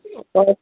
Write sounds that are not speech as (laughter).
(unintelligible)